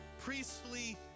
priestly